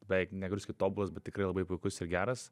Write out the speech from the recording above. beveik negaliu sakyt tobulas bet tikrai labai puikus ir geras